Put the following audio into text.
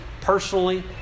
personally